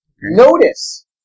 Notice